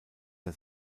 der